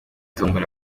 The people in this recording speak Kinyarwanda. tombola